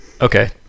Okay